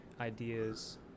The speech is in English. ideas